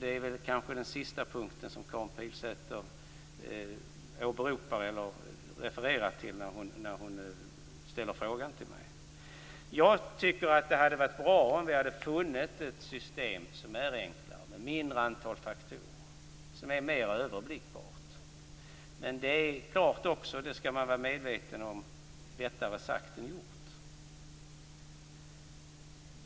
Det är kanske den sista punkten som Karin Pilsäter refererar till när hon ställer frågan till mig. Jag tycker att det hade varit bra om vi hade funnit ett system som är enklare, innehåller ett mindre antal faktorer och är mer överblickbart. Men man skall också vara medveten om att detta är lättare sagt än gjort.